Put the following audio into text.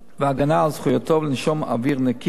והגנה על זכותו לנשום אוויר נקי,